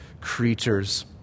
creatures